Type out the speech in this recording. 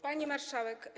Pani Marszałek!